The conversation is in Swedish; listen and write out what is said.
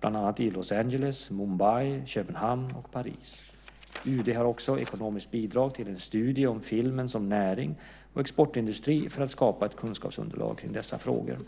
bland annat i Los Angeles, Mumbai, Köpenhamn och Paris. UD har också ekonomiskt bidragit till en studie om filmen som näring och exportindustri för att skapa ett kunskapsunderlag kring dessa frågor.